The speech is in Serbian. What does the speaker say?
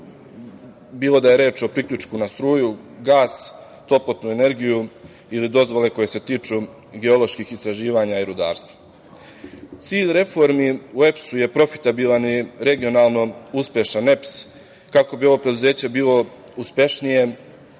bilo da je reč o priključku na struju, gas, toplotnu energiju ili dozvole koje se tiču geoloških istraživanja i rudarstva. Cilj reformi u EPS-u je profitabilan i regionalno uspešan EPS, kako bi ovo preduzeće bilo uspešnije